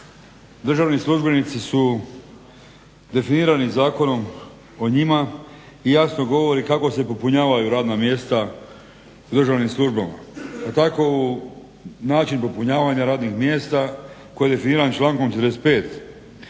Državni službenici su definirani zakonom o njima i jasno govori kako se popunjavaju radna mjesta u državnim službama. Pa tako u način popunjavanja radnih mjesta koji je definiran člankom 45.